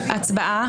פינדרוס, לא שמענו.